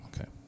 Okay